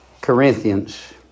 Corinthians